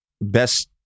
best